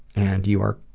and you are